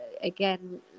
again